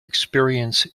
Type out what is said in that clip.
experience